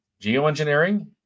Geoengineering